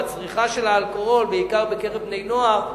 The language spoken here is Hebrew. בצריכה של אלכוהול בעיקר בקרב בני-נוער,